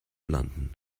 london